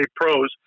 pros